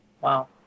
Wow